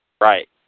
Right